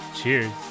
cheers